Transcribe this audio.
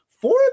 four